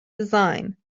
design